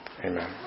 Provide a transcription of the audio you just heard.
Amen